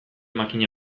makina